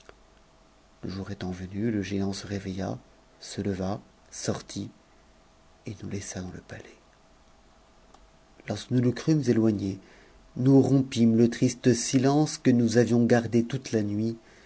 jour étant venu le géant se révei ht se i sortit et nous laissa dans le palais lorsque nous le crûmes éloigne nous rompîmes le triste shcncequp nous avions gardé toute la nuit